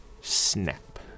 snap